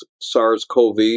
SARS-CoV